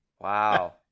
wow